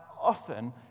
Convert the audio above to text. often